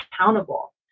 accountable